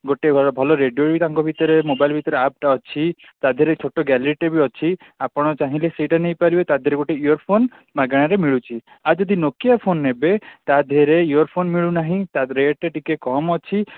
ଗୋଟିଏ ଭଲ ରେଡ଼ିଓ ତାଙ୍କ ଭିତରେ ମୋବାଇଲ୍ ଭିତରେ ଆପ୍ଟା ଅଛି ତା' ଦେହରେ ଛୋଟ ଗ୍ୟାଲେରୀଟିଏ ବି ଅଛି ଆପଣ ଚାହିଁଲେ ସେଇଟା ନେଇପାରିବେ ତା'ଦେହରେ ଗୋଟିିଏ ଇୟର୍ ଫୋନ୍ ମାଗଣାରେ ମିଳୁଛି ଆଉ ଯଦି ନୋକିଆ ଫୋନ୍ ନେବେ ତା'ଦେହରେ ଇୟର୍ ଫୋନ୍ ମିଳୁନାହିଁ ତାର ରେଟ୍ ଟିକେ କମ୍ ଅଛି